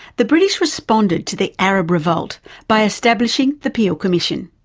the british responded to the arab revolt by establishing the peel commission,